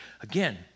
Again